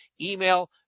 email